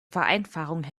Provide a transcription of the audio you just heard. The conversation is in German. vereinfachung